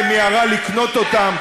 שמיהרה לקנות אותם,